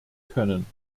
können